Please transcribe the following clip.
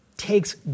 takes